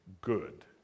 good